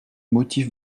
motif